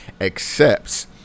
accepts